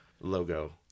logo